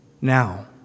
now